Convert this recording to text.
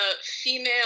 female